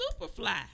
Superfly